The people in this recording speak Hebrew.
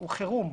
הוא חירום.